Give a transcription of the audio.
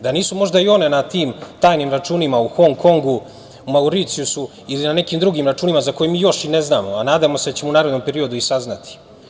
Da nisu možda i one na tim tajnim računima u Hong Kongu, Mauricijusu ili na nekim drugim računima za koje mi još ne znamo, a nadamo se da ćemo u narednom periodu i saznati.